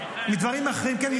מדברים אחרים כן,